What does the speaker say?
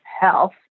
health